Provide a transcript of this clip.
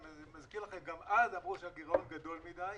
אני מזכיר לכם, גם אז אמרו שהגירעון גדול מדי.